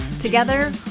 together